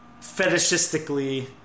fetishistically